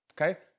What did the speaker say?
Okay